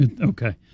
okay